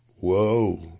Whoa